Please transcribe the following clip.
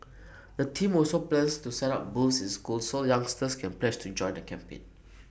the team also plans to set up booths in schools so youngsters can pledge to join the campaign